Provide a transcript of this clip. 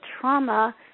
trauma